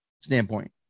standpoint